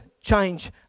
change